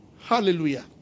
Hallelujah